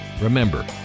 Remember